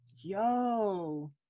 Yo